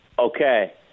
Okay